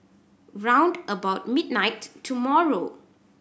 round about midnight tomorrow